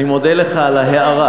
אני מודה לך על ההארה.